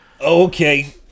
Okay